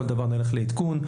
בכל דבר נלך לעדכון.